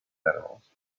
animals